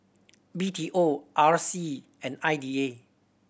B T O R C and I D A